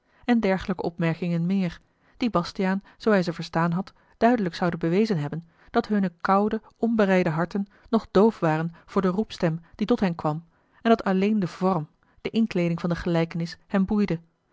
en dergelijke opmerkingen meer die bastiaan zoo hij ze verstaan had duidelijk zoude bewezen hebben dat hunne koude onbereide harten nog doof waren voor de roepstem die tot hen kwam en dat alleen de vorm de inkleeding van de gelijkenis hen boeide